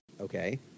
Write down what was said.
okay